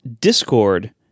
Discord